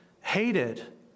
hated